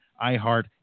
iHeart